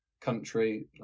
country